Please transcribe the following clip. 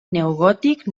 neogòtic